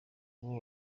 nguwo